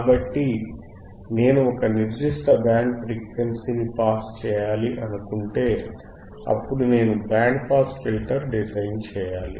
కాబట్టి నేను ఒక నిర్దిష్ట బ్యాండ్ ఫ్రీక్వెన్సీని పాస్ చేయాలనుకుంటే అప్పుడు నేను బ్యాండ్ పాస్ ఫిల్టర్ డిజైన్ చేయాలి